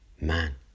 man